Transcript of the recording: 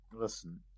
listen